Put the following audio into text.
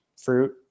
fruit